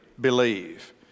believe